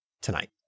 tonight